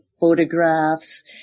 photographs